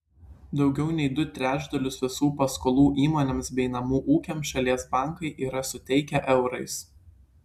daugiau nei du trečdalius visų paskolų įmonėms bei namų ūkiams šalies bankai yra suteikę eurais